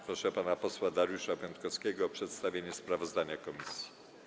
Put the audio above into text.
Proszę pana posła Dariusza Piontkowskiego o przedstawienie sprawozdania komisji.